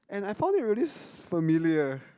and I found it really familiar